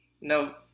No